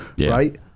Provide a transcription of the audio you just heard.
right